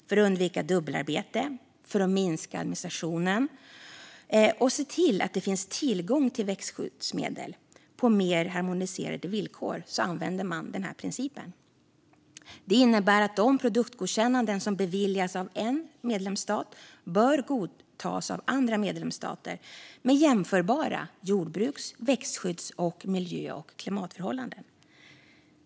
För att undvika dubbelarbete, minska administrationen och se till att det finns tillgång till växtskyddsmedel på mer harmoniserade villkor använder man denna princip. Det innebär att de produktgodkännanden som beviljas av en medlemsstat bör godtas av andra medlemsstater med jämförbara jordbruks, växtskydds och miljö och klimatförhållanden.